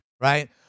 right